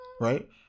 right